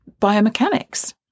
biomechanics